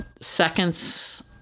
seconds